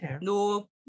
No